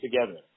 together